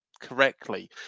correctly